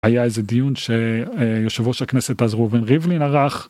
היה איזה דיון שיושב ראש הכנסת אז רובין ריבלין ערך.